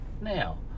Now